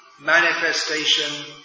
manifestation